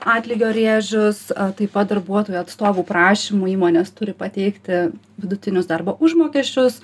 atlygio rėžius a taip pat darbuotojų atstovų prašymu įmonės turi pateikti vidutinius darbo užmokesčius